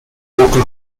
local